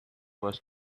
was